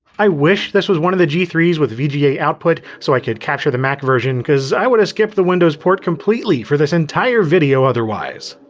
i wish this was one of the g three s with vga output so i could capture the mac version, cuz i would've skipped the windows port completely for this entire video otherwise.